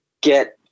get